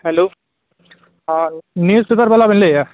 hello news paper ᱵᱟᱞᱟᱵᱮᱱ ᱞᱟᱹᱭᱮᱫᱼᱟ